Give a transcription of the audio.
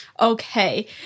Okay